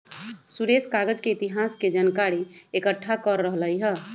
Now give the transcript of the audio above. सुरेश कागज के इतिहास के जनकारी एकट्ठा कर रहलई ह